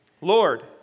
Lord